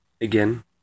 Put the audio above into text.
again